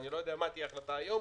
אני לא יודע מה תהיה ההחלטה היום,